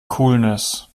coolness